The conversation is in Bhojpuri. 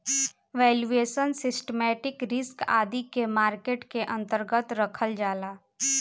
वैल्यूएशन, सिस्टमैटिक रिस्क आदि के मार्केट के अन्तर्गत रखल जाला